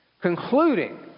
concluding